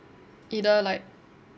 either like